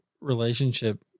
relationship